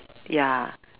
ya